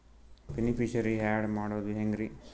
Beneficiary, add ಮಾಡೋದು ಹೆಂಗ್ರಿ?